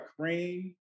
cream